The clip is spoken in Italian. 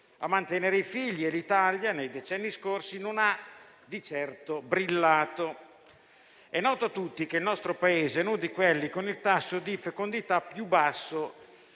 a mantenere i figli e l'Italia nei decenni scorsi non ha di certo brillato. È noto a tutti che il nostro Paese è uno di quelli con il tasso di fecondità più basso